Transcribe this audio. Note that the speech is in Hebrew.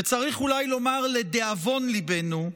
וצריך אולי לומר שלדאבון ליבנו,